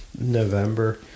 November